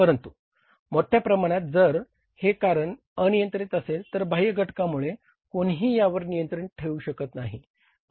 परंतु मोठ्या प्रमाणात जर हे कारण अनियंत्रित असेल तर बाह्य घटकामुळे कोणीही यावर नियंत्रण ठेवू शकत नाही